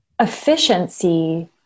efficiency